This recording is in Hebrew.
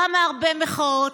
כמה הרבה מחאות,